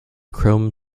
chrome